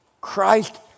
Christ